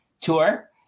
Tour